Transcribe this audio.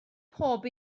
pob